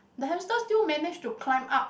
the hamster still manage to climb up